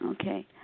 Okay